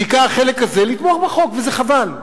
בעיקר החלק הזה, לתמוך בחוק, וזה חבל.